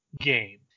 game